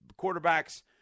Quarterbacks